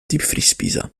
diepvriespizza